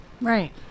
Right